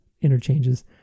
interchanges